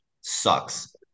sucks